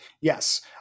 yes